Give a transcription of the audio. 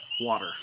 water